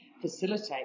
facilitate